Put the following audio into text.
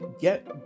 get